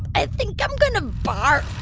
i think i'm going to barf.